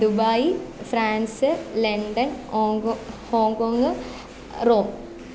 Dubai France London Hong Kong Rome